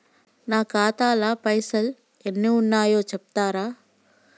నా ఖాతా లా పైసల్ ఎన్ని ఉన్నాయో చెప్తరా?